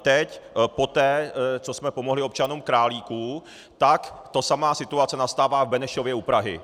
Teď, poté, co jsme pomohli občanům Králíků, tak ta samá situace nastává v Benešově u Prahy.